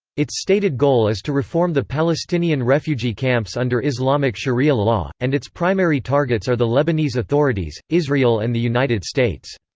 its stated goal is to reform the palestinian refugee camps under islamic sharia law, and its primary targets are the lebanese authorities, israel and the united states.